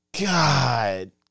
God